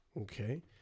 Okay